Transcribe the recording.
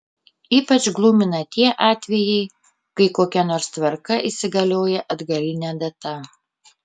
ypač glumina tie atvejai kai kokia nors tvarka įsigalioja atgaline data